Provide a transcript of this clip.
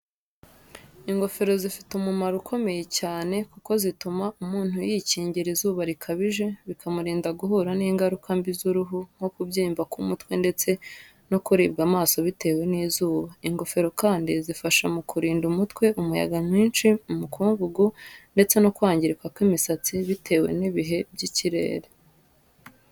Ingofero zifite umumaro ukomeye cyane kuko zituma umuntu yikingira izuba rikabije, bikamurinda guhura n’ingaruka mbi z’uruhu nko kubyimba k’umutwe ndetse no kuribwa amaso bitewe n'izuba. Ingofero kandi zifasha mu kurinda umutwe umuyaga mwinshi, umukungugu, ndetse no kwangirika kw’imisatsi bitewe n’ibihe by’ikirere.